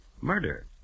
murder